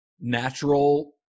natural